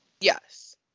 Yes